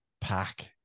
pack